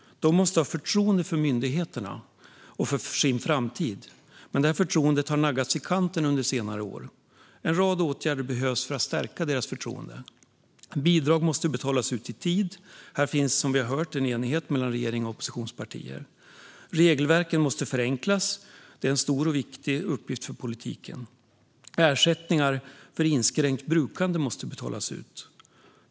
De måste ha förtroende för myndigheterna och för sin framtid. Men det förtroendet har naggats i kanten under senare år. En rad åtgärder behövs för att stärka deras förtroende. Bidrag måste betalas ut i tid. Här finns, som vi har hört, en enighet mellan regeringen och oppositionspartierna. Regelverken måste förenklas. Det är en stor och viktig uppgift för politiken. Ersättningar för inskränkt brukande måste betalas ut.